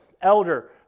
Elder